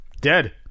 Dead